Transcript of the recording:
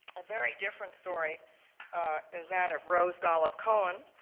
a very different story is that of rose gollup cohen,